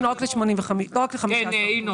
בבקשה.